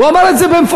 הוא אמר את זה במפורש.